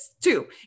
Two